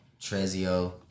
Trezio